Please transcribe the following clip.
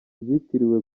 byitiriwe